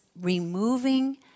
removing